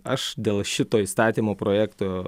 aš dėl šito įstatymo projekto